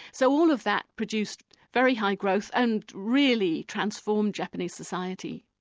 so all of that produced very high growth, and really transformed japanese society.